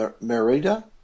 Merida